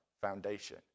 foundation